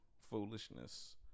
foolishness